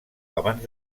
abans